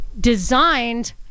designed